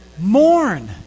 mourn